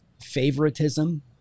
favoritism